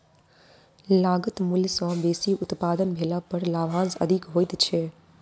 लागत मूल्य सॅ बेसी उत्पादन भेला पर लाभांश अधिक होइत छै